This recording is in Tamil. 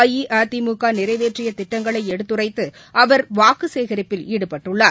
அஇஅதிமுக நிறைவேற்றிய திட்டங்களை எடுத்துரைத்து அவர் வாக்கு சேகரிப்பில் ஈடுபட்டுள்ளார்